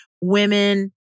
women